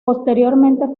posteriormente